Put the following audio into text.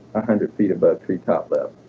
hundred feet above tree-top level